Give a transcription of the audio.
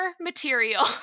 material